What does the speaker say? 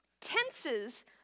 Tenses